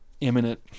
imminent